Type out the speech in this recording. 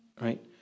right